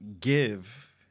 give